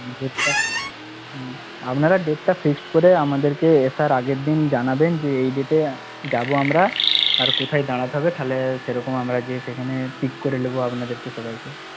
হুম আপনারা ডেটটা ফিক্সড করে আমাদেরকে আসার আগের দিন জানাবেন যে এই ডেটে যাব আমরা আর কোথায় দাঁড়াতে হবে তাহলে সেরকম আমরা গিয়ে সেখানে পিক করে নেব আপনাদেরকে সবাইকে